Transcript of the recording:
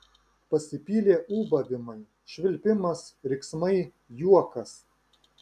pasipylė ūbavimai švilpimas riksmai juokas